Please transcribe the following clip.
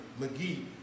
McGee